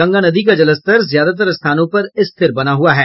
गंगा नदी का जलस्तर ज्यादातर स्थानों पर स्थिर बना हुआ है